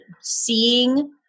seeing